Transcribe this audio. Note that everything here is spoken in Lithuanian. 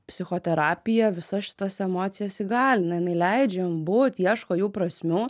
psichoterapija visas šitas emocijas įgalina jinai leidžia jom būt ieško jų prasmių